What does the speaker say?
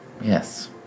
Yes